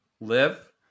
Live